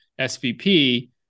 SVP